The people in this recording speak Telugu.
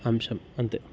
అంశం అంతే